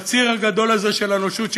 בציר הגדול הזה של האנושות,